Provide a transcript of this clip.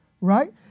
right